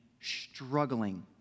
struggling